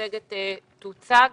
שהמצגת תוצג.